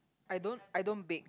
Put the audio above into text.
I don't I don't bake